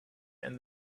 and